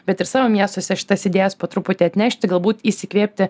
bet ir savo miestuose šitas idėjas po truputį atnešti galbūt įsikvėpti